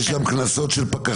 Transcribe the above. אגב, יש גם קנסות של פקחים.